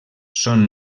són